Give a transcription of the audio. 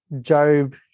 Job